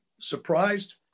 surprised